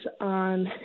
on